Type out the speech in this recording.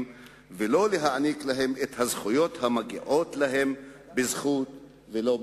ולא להעניק להם את הזכויות המגיעות להם בזכות ולא בחסד?